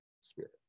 Spirit